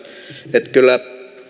että kyllä